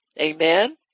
Amen